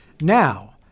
Now